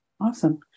Awesome